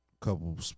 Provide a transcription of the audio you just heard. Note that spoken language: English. couple